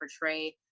portray